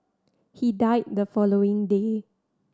he died the following day